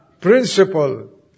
principle